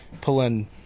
pulling